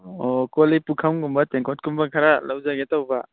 ꯑꯣ ꯀꯣꯜ ꯂꯤꯛ ꯄꯨꯈꯝꯒꯨꯝꯕ ꯇꯦꯡꯒꯣꯠ ꯀꯨꯝꯕ ꯈꯔ ꯂꯧꯖꯒꯦ ꯇꯧꯕ